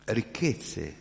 ricchezze